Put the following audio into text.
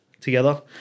together